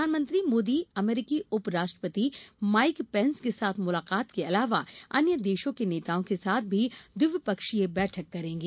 प्रधानमंत्री मोदी अमरीकी उप राष्ट्रपति माइक पेंस के साथ मुलाकात के अलावा अन्य देशों के नेताओं के साथ भी दिवपक्षीय बैठक करेंगे